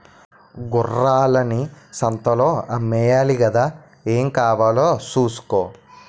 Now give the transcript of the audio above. గొర్రెల్ని సంతలో అమ్మేయాలి గదా ఏం కావాలో సూసుకో